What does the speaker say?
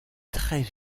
très